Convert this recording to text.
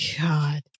God